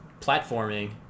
platforming